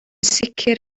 sicr